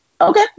Okay